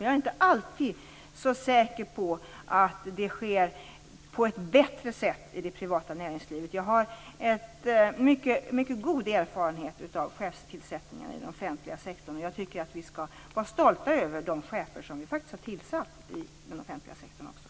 Jag är inte så säker på att det alltid sker på ett bättre sätt i det privata näringslivet. Jag har mycket god erfarenhet av chefstillsättningar i den offentliga sektorn. Jag tycker att vi skall vara stolta över de chefer som vi har tillsatt i den offentliga sektorn.